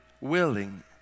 willing